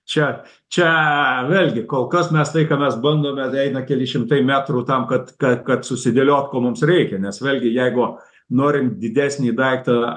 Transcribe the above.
čia čia vėlgi kol kas mes tai ką mes bandome tai eina keli šimtai metrų tam kad kad kad susidėliot ko mums reikia nes vėlgi jeigu norim didesnį daiktą